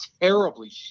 terribly